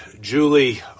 Julie